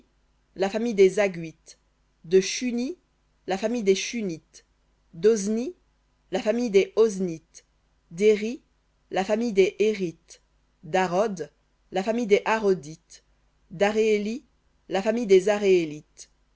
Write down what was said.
la famille des hagguites de shuni la famille des shunites dozni la famille des oznites d'éri la famille des érites darod la famille des arodites d'areéli la famille des areélites